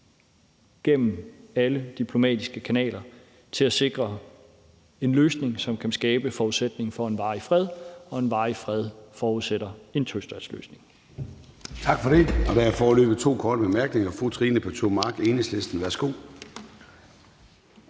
igennem alle diplomatiske kanaler til at sikre en løsning, som kan skabe forudsætningen for en varig fred, og en varig fred forudsætter en tostatsløsning.